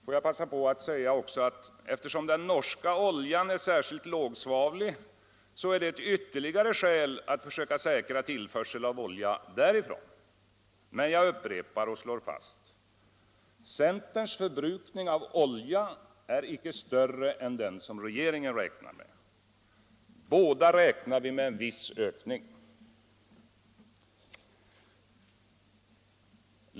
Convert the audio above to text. Får jag passa på att också säga: Eftersom den norska oljan är särskilt lågsvavlig är det ett ytterligare skäl att försöka säkra tillförsel av olja därifrån. Men jag upprepar och slår fast: Förbrukningen av olja enligt centerns förslag är icke större än den som regeringen räknar med. Båda räknar vi med en viss ökning.